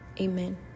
amen